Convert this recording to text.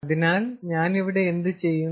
അതിനാൽ ഞാൻ ഇവിടെ എന്തുചെയ്യും